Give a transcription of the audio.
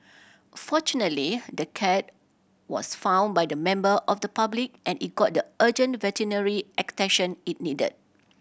fortunately the cat was found by the member of the public and it got the urgent veterinary attention it needed